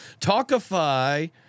Talkify